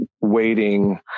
waiting